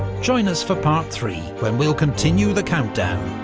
join us for part three when we'll continue the countdown,